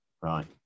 Right